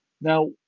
Now